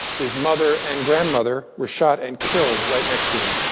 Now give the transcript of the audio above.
his mother and grandmother were shot and killed right next to him.